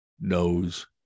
knows